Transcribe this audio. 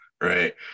right